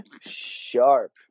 Sharp